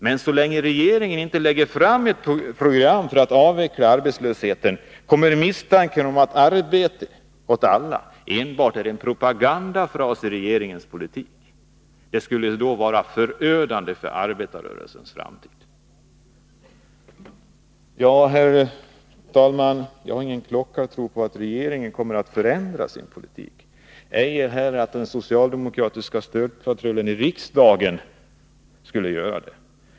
Men så länge regeringen inte lägger fram ett program för att avveckla arbetslösheten kommer misstanken om att ”arbete åt alla” enbart är en propagandafras i regeringens politik. Det skulle vara förödande för arbetarrörelsens framtid. Herr talman! Jag har ingen klockartro på att regeringen kommer att förändra sin politik, ej heller att den socialdemokratiska stödpatrullen i riksdagen skulle göra det.